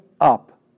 up